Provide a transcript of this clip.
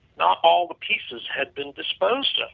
not all the pieces had been disposed of.